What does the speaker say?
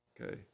Okay